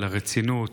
על הרצינות.